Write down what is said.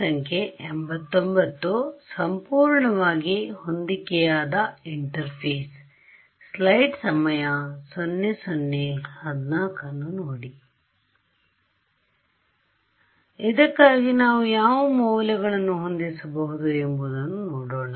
ಸಂಪೂರ್ಣವಾಗಿ ಹೊಂದಿಕೆಯಾದ ಇಂಟರ್ಫೇಸ್ ಆದ್ದರಿಂದ ಇದಕ್ಕಾಗಿ ನಾವು ಯಾವ ಮೌಲ್ಯಗಳನ್ನು ಹೊಂದಿಸಬಹುದು ಎಂಬುದನ್ನು ನೋಡೋಣ